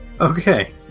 Okay